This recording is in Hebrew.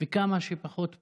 וכמה שפחות פוליטי.